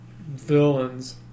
Villains